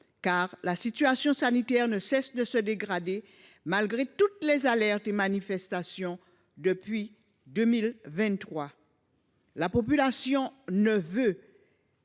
car la situation sanitaire ne cesse de se dégrader, malgré toutes les alertes et manifestations depuis 2023. La population ne veut